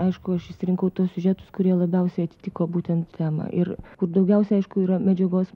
aišku aš išsirinkau tuos siužetus kurie labiausiai atitiko būtent temą ir kur daugiausia aišku yra medžiagos